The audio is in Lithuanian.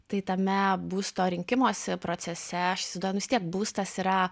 tai tame būsto rinkimosi procese aš įsivaizduoju nu vis tiek būstas yra